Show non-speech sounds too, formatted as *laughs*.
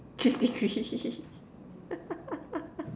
cheese degree *laughs*